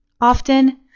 often